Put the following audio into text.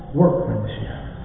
workmanship